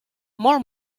molt